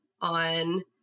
on